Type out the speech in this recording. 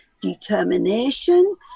determination